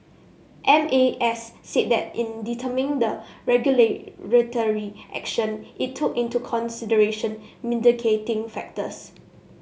M A S said that in determining the regulatory action it took into consideration mitigating factors